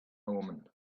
omen